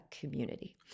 community